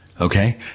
Okay